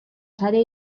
saria